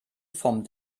vom